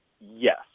yes